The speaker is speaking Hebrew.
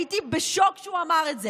הייתי בשוק שהוא אמר את זה.